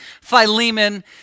Philemon